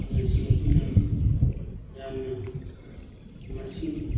ꯁꯤꯡ ꯑꯁꯤ ꯑꯩꯈꯣꯏꯅ ꯌꯥꯝꯅ ꯃꯁꯤꯡ